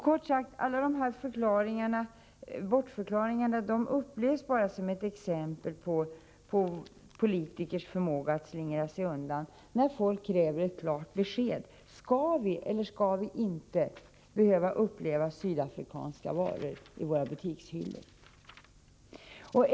Kort sagt: Alla dessa bortförklaringar uppfattas bara som ett exempel på politikers förmåga att slingra sig undan när folk kräver ett klart besked. Skall vi eller skall vi inte behöva finna sydafrikanska varor på våra butikshyllor?